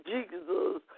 Jesus